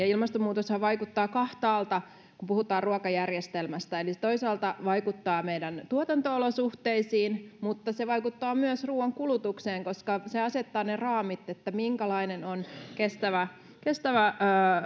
ilmastonmuutoshan vaikuttaa kahtaalta kun puhutaan ruokajärjestelmästä eli se toisaalta vaikuttaa meidän tuotanto olosuhteisiimme mutta se vaikuttaa myös ruuan kulutukseen koska se asettaa ne raamit että minkälainen on kestävä kestävä